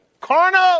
Carnal